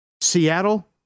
Seattle